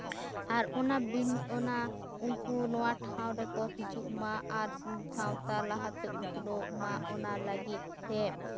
ᱟᱨ ᱩᱱᱠᱩ ᱱᱚᱣᱟ ᱴᱷᱟᱶ ᱨᱮᱠᱩ ᱦᱤᱡᱩᱜ ᱢᱟ ᱟᱨ ᱥᱟᱶᱛᱟ ᱞᱟᱦᱟᱛᱮ ᱩᱛᱱᱟᱹᱣᱚᱜ ᱢᱟ ᱚᱱᱟᱞᱟᱹᱜᱤᱫ ᱛᱮ